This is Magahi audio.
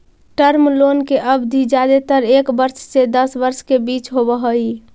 टर्म लोन के अवधि जादेतर एक वर्ष से दस वर्ष के बीच होवऽ हई